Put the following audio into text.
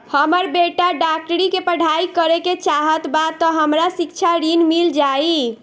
हमर बेटा डाक्टरी के पढ़ाई करेके चाहत बा त हमरा शिक्षा ऋण मिल जाई?